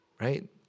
right